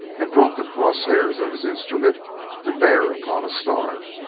and brought the cross-hairs of his instrument to bear upon a star.